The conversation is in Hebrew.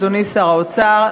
אדוני שר האוצר,